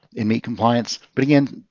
and meet compliance. but again,